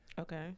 Okay